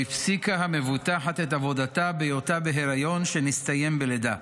הפסיקה המבוטחת את עבודתה בהיותה בהיריון שנסתיים בלידה.